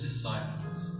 disciples